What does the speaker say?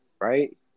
right